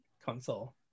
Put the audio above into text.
console